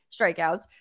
strikeouts